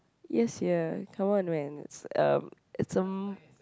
ya sia come on man it's uh it's a